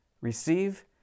receive